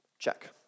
Check